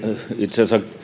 itse asiassa